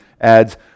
adds